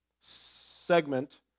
segment